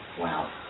Wow